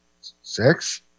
Six